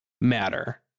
matter